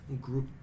group